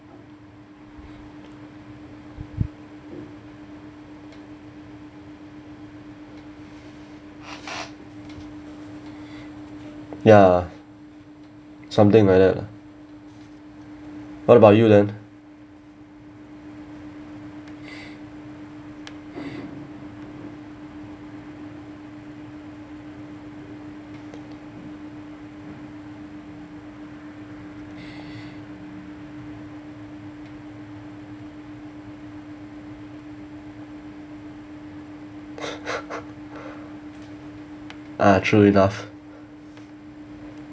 ya something like that what about you then ah true enough